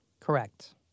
Correct